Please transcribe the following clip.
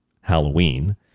Halloween